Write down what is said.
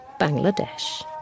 Bangladesh